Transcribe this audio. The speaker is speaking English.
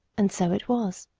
and so it was.